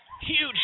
huge